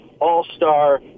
all-star